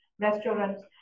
restaurants